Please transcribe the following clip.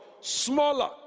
smaller